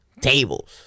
tables